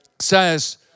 says